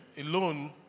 alone